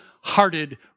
hearted